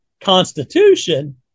Constitution